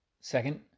Second